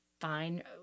fine